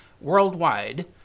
worldwide